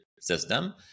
system